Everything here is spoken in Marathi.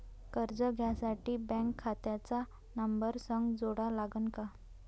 कर्ज घ्यासाठी बँक खात्याचा नंबर संग जोडा लागन का?